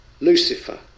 Lucifer